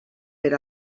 per